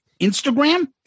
Instagram